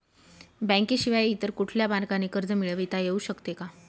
बँकेशिवाय इतर कुठल्या मार्गाने कर्ज मिळविता येऊ शकते का?